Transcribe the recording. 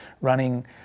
running